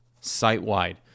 site-wide